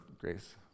grace